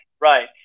right